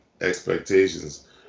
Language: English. expectations